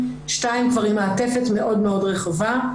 שתיים כבר עם מעטפת מאוד רחבה.